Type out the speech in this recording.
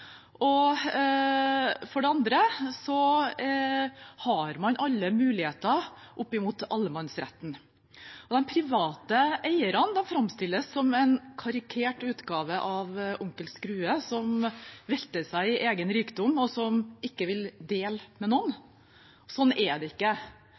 og for det andre har man alle muligheter med tanke på allemannsretten. De private eierne framstilles som en karikert utgave av Onkel Skrue, som velter seg i egen rikdom, og som ikke vil dele med